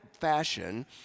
fashion